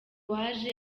waje